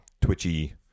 twitchy